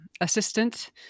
assistant